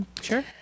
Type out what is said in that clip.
Sure